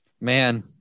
man